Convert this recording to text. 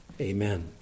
amen